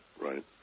right